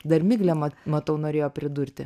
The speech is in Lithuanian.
dar miglę mat matau norėjo pridurti